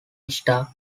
star